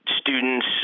students